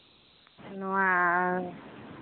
ᱱᱚᱣᱟ